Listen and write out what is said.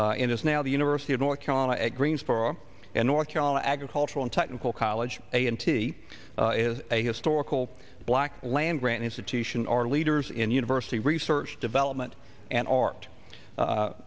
and is now the university of north carolina at greensboro north carolina agricultural and technical college a and t is a historical black land grant institution or leaders in university research development and art